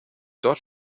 dort